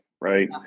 right